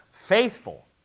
faithful